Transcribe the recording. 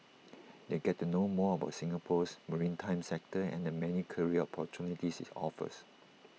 they get to know more about Singapore's maritime sector and the many career opportunities IT offers